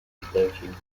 redemption